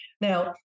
Now